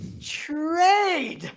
trade